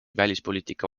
välispoliitika